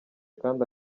kandi